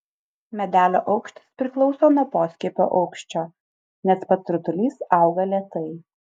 medelio aukštis priklauso nuo poskiepio aukščio nes pats rutulys auga lėtai